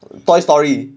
toy story